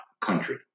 country